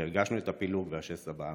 הרגשנו את הפילוג והשסע בעם.